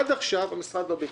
עד עכשיו המשרד לא ביקש.